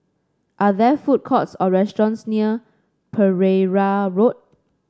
are there food courts or restaurants near Pereira Road